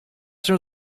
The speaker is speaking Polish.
się